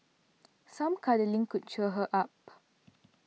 some cuddling could cheer her up